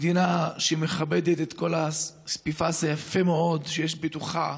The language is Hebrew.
מדינה שמכבדת את כל הפסיפס היפה מאוד שיש בתוכה,